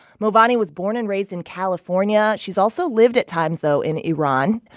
moaveni was born and raised in california. she's also lived at times, though, in iran,